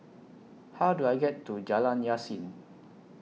How Do I get to Jalan Yasin